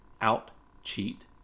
out-cheat